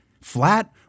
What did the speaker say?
Flat